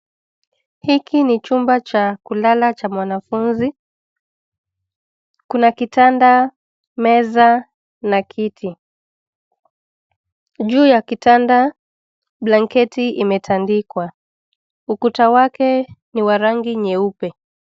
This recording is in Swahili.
Hiki ni chumba cha kulala cha mwanafunzi. Kuna kitanda, meza na kiti. Juu ya kitanda, blanketi imetandikwa. Ukuta wake ni wa rangi nyeupe.